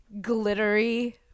glittery